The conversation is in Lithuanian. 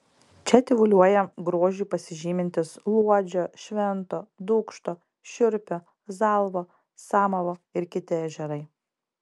čia tyvuliuoja grožiu pasižymintys luodžio švento dūkšto šiurpio zalvo samavo ir kiti ežerai